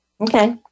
Okay